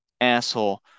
asshole